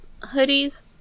hoodies